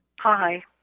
Hi